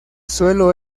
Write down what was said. suelo